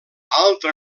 altre